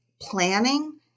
planning